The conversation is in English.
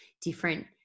different